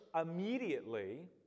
immediately